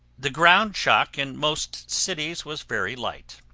the ground shock in most cities was very light.